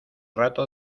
rato